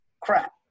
crap